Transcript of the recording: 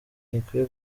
ntikwiye